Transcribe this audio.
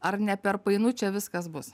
ar ne per painu čia viskas bus